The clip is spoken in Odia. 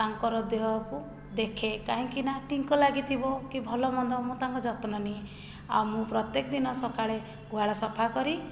ତାଙ୍କର ଦେହକୁ ଦେଖେ କାହିଁକି ନା ଟିଙ୍କ ଲାଗିଥିବ କି ଭଲମନ୍ଦ ମୁଁ ତାଙ୍କ ଯତ୍ନ ନିଏ ଆଉ ମୁଁ ପ୍ରତ୍ୟେକ ଦିନ ସକାଳେ ଗୁହାଳ ସଫା କରି